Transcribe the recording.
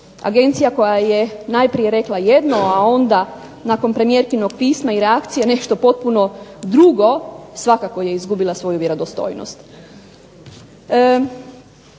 Agencija koja je najprije rekla jedno, a onda nakon premijerkinog pisma i reakcije nešto potpuno drugo svakako je izgubila svoju vjerodostojnost.